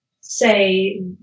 say